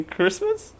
Christmas